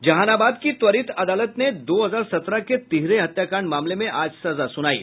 जहानाबाद की त्वरित अदालत ने दो हजार सत्रह के तिहरे हत्याकांड मामले में आज सजा सुनायी